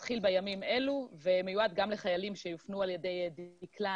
זה מתחיל בימים אלו ומיועד גם לחיילים שיופנו על ידי דקלה,